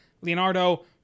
Leonardo